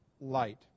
Light